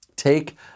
Take